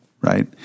right